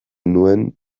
nuen